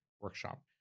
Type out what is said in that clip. workshop